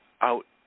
out